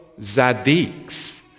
Zadik's